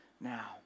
now